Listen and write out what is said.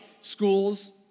schools